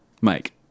Mike